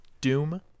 doom